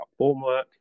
formwork